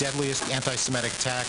לעומת אשתקד.